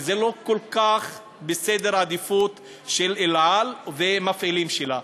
שזה לא כל כך בסדר העדיפות של "אל על" והמפעילים שלה.